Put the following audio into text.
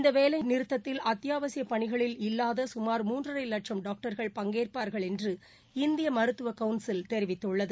இந்த வேலைநிறுத்தத்தில் அத்தியாவசிய பணிகளில் இல்லாத கமார் மூன்றரை வட்சம் டாக்டர்கள் பங்கேற்பார்கள் என்று இந்திய மருத்துவ கவுன்சில் தெரிவித்துள்ளது